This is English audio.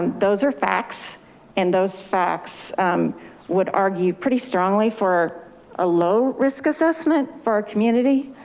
those are facts and those facts would argue pretty strongly for a low risk assessment for our community.